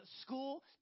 school